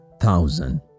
thousand